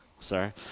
Sorry